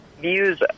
views